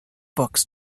books